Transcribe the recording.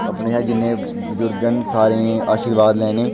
अपने शा जिन्ने बी बजुर्ग न सारें दा आशीर्बाद लैना